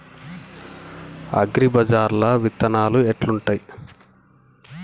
అగ్రిబజార్ల విత్తనాలు ఎట్లుంటయ్?